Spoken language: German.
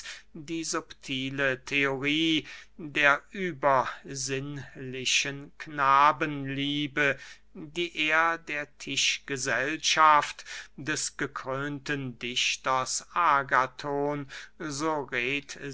die subtile theorie der übersinnlichen knabenliebe die er der tischgesellschaft des gekrönten dichters agathon